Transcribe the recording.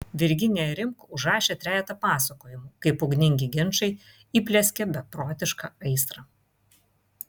virginija rimk užrašė trejetą pasakojimų kaip ugningi ginčai įplieskė beprotišką aistrą